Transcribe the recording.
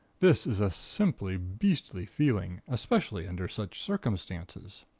this is a simply beastly feeling, especially under such circumstances.